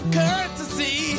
courtesy